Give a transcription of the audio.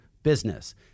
business